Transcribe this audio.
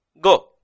Go